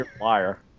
Liar